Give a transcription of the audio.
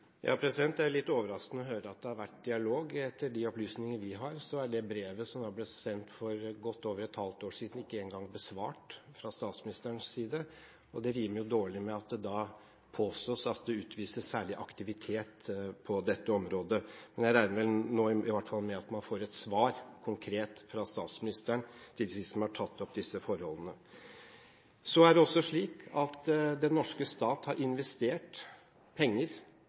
er litt overraskende å høre at det har vært dialog. Etter de opplysninger vi har, er det brevet som ble sendt for godt over et halvt år siden, ikke engang besvart fra statsministerens side. Det rimer dårlig med at det påstås at det utvises særlig aktivitet på dette området. Men jeg regner i hvert fall med nå at de som har tatt opp disse forholdene, får et konkret svar fra statsministeren. Det er også slik at den norske stat har investert penger